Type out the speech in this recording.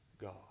God